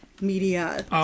media